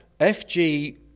FG